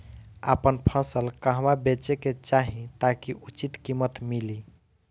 आपन फसल कहवा बेंचे के चाहीं ताकि उचित कीमत मिली?